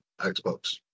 xbox